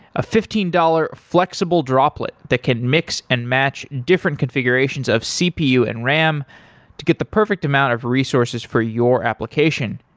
a fifteen dollars flexible droplet that can mix and match different configurations of cpu and ram to get the perfect amount of resources for your application.